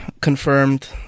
confirmed